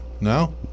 No